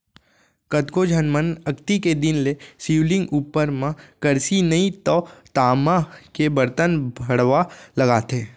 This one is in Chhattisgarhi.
कतको झन मन अक्ती के दिन ले शिवलिंग उपर म करसी नइ तव तामा के बरतन भँड़वा लगाथे